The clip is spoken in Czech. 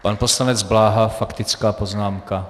Pan poslanec Bláha faktická poznámka.